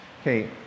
Okay